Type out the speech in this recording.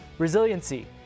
Resiliency